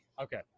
Okay